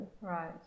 Right